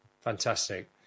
Fantastic